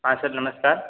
हाँ सर नमस्कार